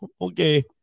okay